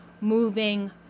moving